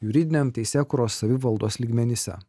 juridiniam teisėkūros savivaldos lygmenyse